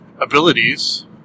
abilities